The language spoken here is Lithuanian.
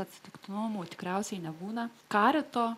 atsitiktinumų tikriausiai nebūna karito